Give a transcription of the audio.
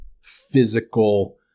physical